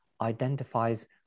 identifies